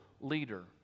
leader